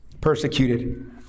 Persecuted